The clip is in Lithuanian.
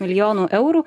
milijonų eurų